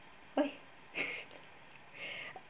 !oi!